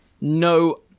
no